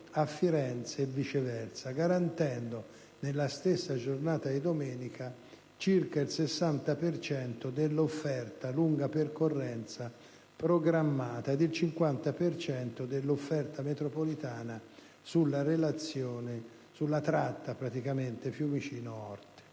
a Firenze e viceversa, garantendo nella stessa giornata di domenica circa il 60 per cento dell'offerta a lunga percorrenza programmata e il 50 per cento dell'offerta metropolitana sulla tratta Fiumicino-Orte.